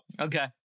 Okay